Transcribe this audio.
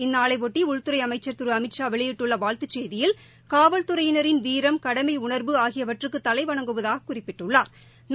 இந்நாளைபொட்டி உள்துறை அமைச்சர் திரு அமித்ஷா வெளியிட்டுள்ள வாழ்த்துச் செய்தியில் காவா்துறையினரின் வீரம் கடமை உணர்வு ஆகியவற்றுக்கு தலைவணங்குவதாகக் குறிப்பிட்டுள்ளாா்